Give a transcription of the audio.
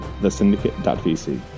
thesyndicate.vc